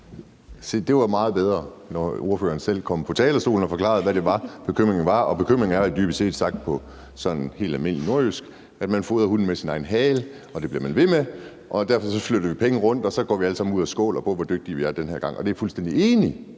det var meget bedre, altså når ordføreren selv kom på talerstolen og forklarede, hvad det var, bekymringen var, og bekymringen er jo dybest set, sagt på sådan helt almindeligt nordjysk, at man fodrer hunden med dens egen hale, og det bliver man ved med, og derfor flytter vi penge rundt, og så går vi alle sammen ud og skåler på, hvor dygtige vi den her gang er. Og jeg er fuldstændig enig